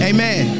Amen